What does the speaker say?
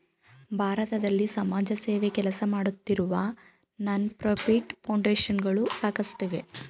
ಭಾರತದಲ್ಲಿ ಸಮಾಜಸೇವೆ ಕೆಲಸಮಾಡುತ್ತಿರುವ ನಾನ್ ಪ್ರಫಿಟ್ ಫೌಂಡೇಶನ್ ಗಳು ಸಾಕಷ್ಟಿವೆ